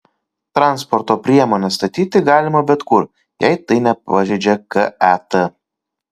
transporto priemones statyti galima bet kur jei tai nepažeidžia ket